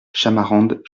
chamarandes